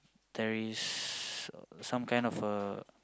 there is some kind of a